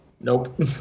Nope